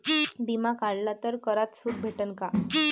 बिमा काढला तर करात सूट भेटन काय?